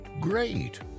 great